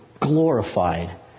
glorified